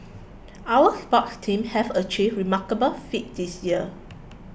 our sports team have achieved remarkable feats this year